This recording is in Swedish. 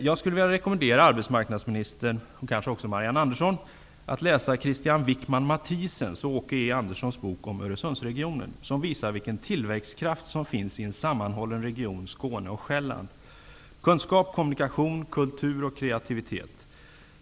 Jag rekommenderar arbetsmarknadsministern, och kanske också Marianne Andersson, att läsa Andersons bok om Öresundsregionen, som visar vilken tillväxtkraft som finns i en sammanhållen region, Skåne och Sjaelland. Här finns kunskap, kommunikation, kultur och kreativitet.